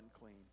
unclean